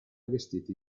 vestiti